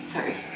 Sorry